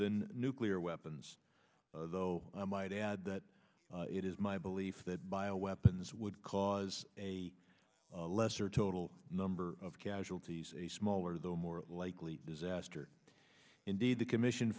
than nuclear weapons though i might add that it is my belief that bio weapons would cause a lesser total number of casualties a smaller though more likely disaster indeed the commission